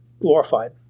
glorified